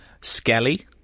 Skelly